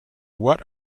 what